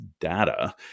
data